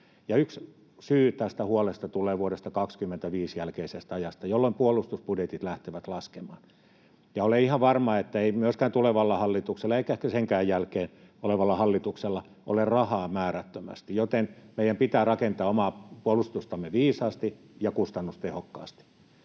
Yksi syy tähän huoleen tulee vuoden 25 jälkeisestä ajasta, jolloin puolustusbudjetit lähtevät laskemaan. Olen ihan varma, että ei myöskään tulevalla hallituksella eikä ehkä senkään jälkeen olevalla hallituksella ole rahaa määrättömästi, joten meidän pitää rakentaa omaa puolustustamme viisaasti ja kustannustehokkaasti.